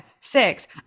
six